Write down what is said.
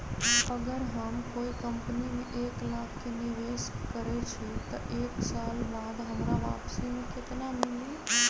अगर हम कोई कंपनी में एक लाख के निवेस करईछी त एक साल बाद हमरा वापसी में केतना मिली?